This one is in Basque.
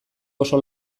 oso